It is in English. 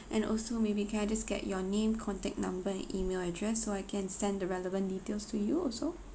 and also maybe can I just get your name contact number and email address so I can send the relevant details to you also